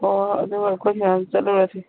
ꯍꯣꯏ ꯍꯣꯏ ꯍꯣꯏ ꯑꯗꯨꯒ ꯑꯩꯈꯣꯏ ꯃꯌꯥꯝ ꯆꯠꯂꯨꯔꯁꯤ